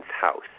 house